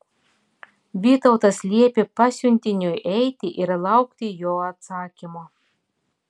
vytautas liepė pasiuntiniui eiti ir laukti jo atsakymo